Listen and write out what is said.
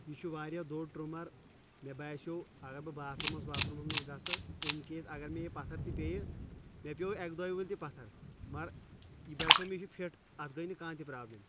یہِ چھُ واریاہ دوٚر ٹرمر مےٚ باسیو اگر بہٕ باتھ روٗمس واتھ روٗمس منٛز گژھٕ اِن کیس اگر مےٚ یہِ پتھر تہِ پیٚیہِ مےٚ پٮ۪و یہِ اکہِ دوٚیہِ ؤلۍ تہِ پتھر مگر یہِ باسیو مےٚ یہِ چھُ فِٹ اتھ گٔیۍ نہٕ کانٛہہ تہِ پرابلم